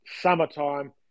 Summertime